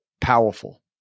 powerful